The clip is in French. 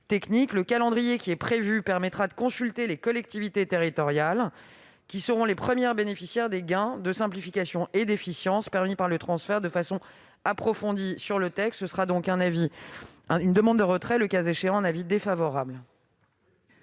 techniques. Le calendrier prévu permettra de consulter les collectivités territoriales, qui seront les premières bénéficiaires des gains de simplification et d'efficience permis par le transfert, de façon approfondie sur le texte. Je demande donc le retrait de cet amendement. À défaut,